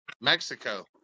Mexico